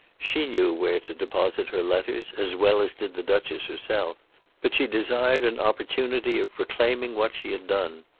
she knew where to deposit her letters as well as did the duchess herself but she desired an opportunity of proclaiming what she had done.